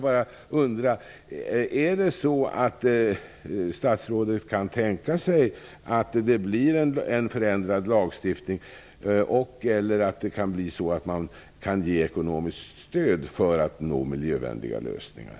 Kan statsrådet tänka sig att det blir en förändrad lagstiftning och/eller ett ekonomiskt stöd för att nå miljövänliga lösningar?